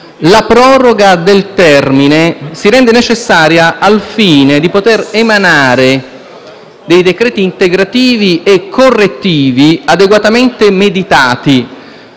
La proroga del termine si rende necessaria al fine di poter emanare decreti integrativi e correttivi adeguatamente meditati.